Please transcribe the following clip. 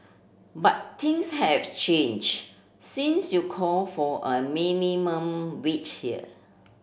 but things have change since you call for a minimum wage here